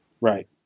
Right